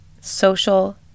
social